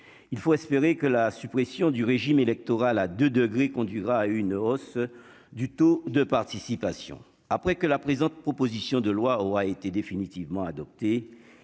il faut espérer que la suppression du régime électoral à 2 degrés, conduira à une hausse du taux de participation après que la présente proposition de loi où a été définitivement adopté,